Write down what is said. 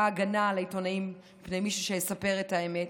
הגנה על העיתונאים כדי שמישהו יספר את האמת.